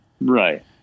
Right